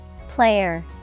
Player